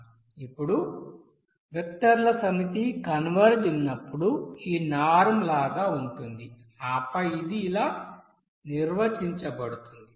ఇప్పుడు వెక్టర్ల సమితి కన్వర్జ్ ఉన్నప్పుడు ఈ నార్మ్ లాగా ఉంటుంది ఆపై అది ఇలా నిర్వచించబడుతుంది